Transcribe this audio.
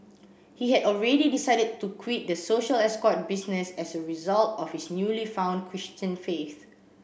he had already decided to quit the social escort business as a result of his newly found Christian faith